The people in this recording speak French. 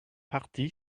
parti